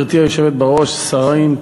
גברתי היושבת בראש, שרים,